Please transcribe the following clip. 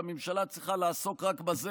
והממשלה צריכה לעסוק רק בזה.